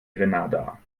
grenada